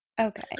Okay